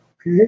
Okay